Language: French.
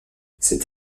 cette